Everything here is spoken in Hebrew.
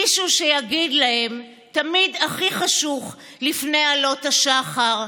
מישהו שיגיד להם: תמיד הכי חשוך לפני עלות השחר,